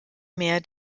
mehr